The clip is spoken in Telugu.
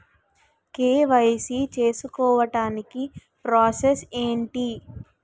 కే.వై.సీ చేసుకోవటానికి ప్రాసెస్ ఏంటి?